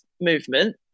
movement